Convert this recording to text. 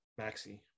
Maxi